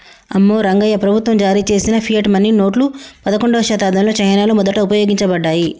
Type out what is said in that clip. అమ్మో రంగాయ్యా, ప్రభుత్వం జారీ చేసిన ఫియట్ మనీ నోట్లు పదకండవ శతాబ్దంలో చైనాలో మొదట ఉపయోగించబడ్డాయి